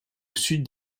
sud